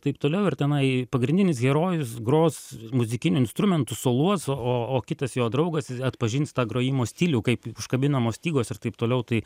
taip toliau ir tenai pagrindinis herojus gros muzikiniu instrumentu soluos o o kitas jo draugas atpažins tą grojimo stilių kaip užkabinamos stygos ir taip toliau tai